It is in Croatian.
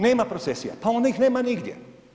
Nema procesija pa onda ih nema nigdje.